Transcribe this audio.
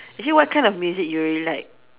actually what kind of music you really like